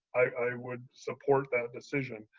i would support that decision.